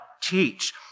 teach